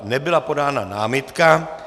Nebyla podána námitka.